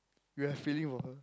you have feeling for her